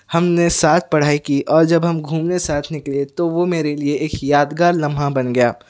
ہم نے ساتھ پڑھائی کی اور جب ہم گھومنے ساتھ نکلے تو وہ میرے لئے ایک یادگار لمحہ بن گیا